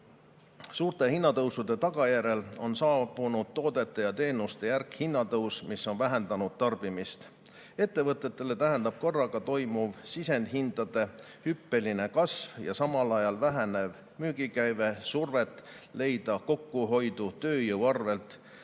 Suurte hinnatõusude tagajärjel on saabunud toodete ja teenuste järsk hinnatõus, mis on vähendanud tarbimist. Ettevõtetele tähendab korraga toimuv sisendhindade hüppeline kasv ja vähenev müügikäive survet leida kokkuhoidu tööjõu arvel,